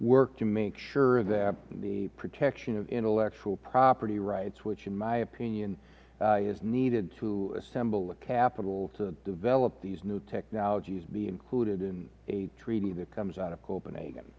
work to make sure that the protection of intellectual property rights which in my opinion is needed to assemble the capital to develop these new technologies be included in a treaty that comes out of copenhagen